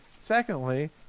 Secondly